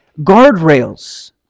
guardrails